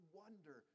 wonder